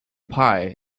pie